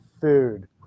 food